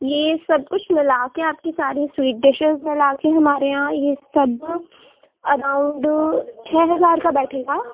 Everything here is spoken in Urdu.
یہ سب کچھ ملا کے آپ کی ساری سوئیٹ ڈشیز ملا کے ہمارے یہاں یہ سب اراؤنڈ چھ ہزار کا بیٹھے گا